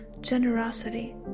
generosity